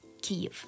Kyiv